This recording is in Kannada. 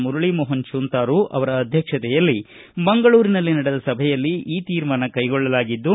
ಮುರಳ ಮೋಹನ್ ಚೂಂತಾರು ಅವರ ಅಧ್ಯಕ್ಷತೆಯಲ್ಲಿ ಮಂಗಳೂರಿನಲ್ಲಿ ನಡೆದ ಸಭೆಯಲ್ಲಿ ಈ ತೀರ್ಮಾನ ಕೈಗೊಳ್ಳಲಾಗಿದ್ದು